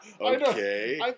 Okay